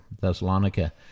Thessalonica